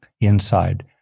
inside